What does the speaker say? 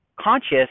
conscious